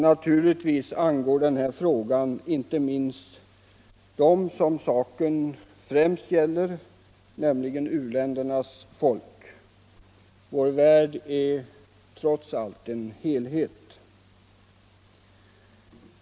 Naturligtvis angår den här frågan inte minst dem som saken främst gäller, nämligen u-ländernas folk. Vår värld är trots allt en helhet.